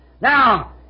Now